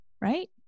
Right